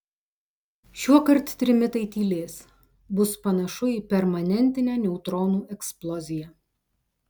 šiuokart trimitai tylės bus panašu į permanentinę neutronų eksploziją